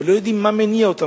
אבל לא יודעים מה מניע אותם,